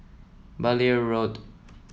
Blair Road